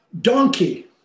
donkey